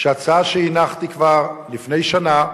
שהצעה שהנחתי כבר לפני שנה,